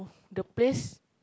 the place